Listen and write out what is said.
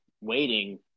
waiting